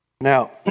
Now